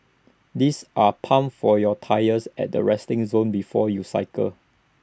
these are pumps for your tyres at the resting zone before you cycle